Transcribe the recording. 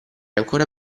ancora